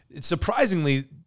surprisingly